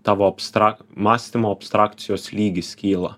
tavo abstra mąstymo abstrakcijos lygis kyla